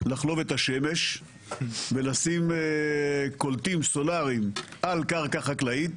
לחלוב את השמש ולשים קולטים סולריים על קרקע חקלאית.